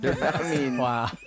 Wow